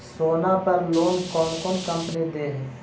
सोना पर लोन कौन कौन कंपनी दे है?